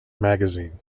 magazine